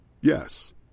Yes